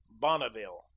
bonneville